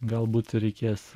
galbūt reikės